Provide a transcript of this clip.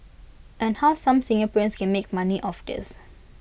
and how some Singaporeans can make money of this